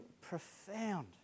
profound